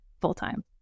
full-time